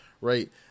right